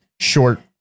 short